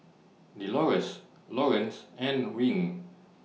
Delores Laurence and Wing